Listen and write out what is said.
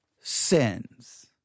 sins